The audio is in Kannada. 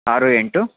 ಆರು ಎಂಟು